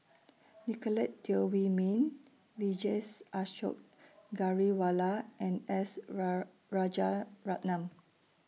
Nicolette Teo Wei Min Vijesh Ashok Ghariwala and S Rajaratnam